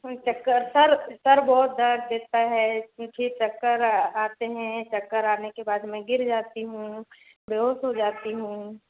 चक्कर सर सिर बहुत दर्द देता है मुझे चक्कर आते हैं चक्कर आने के बाद में गिर जाती हूँ बेहोश हो जाती हूँ